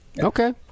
okay